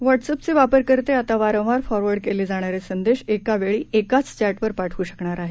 व्हॉट्सअपचे वापरकर्ते आता वारंवार फॉरवर्ड केले जाणारे संदेश एकावेळी एकाच चॅटवर पाठवू शकणार आहेत